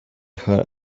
her